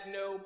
no